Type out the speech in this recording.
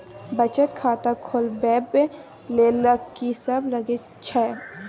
बचत खाता खोलवैबे ले ल की सब लगे छै?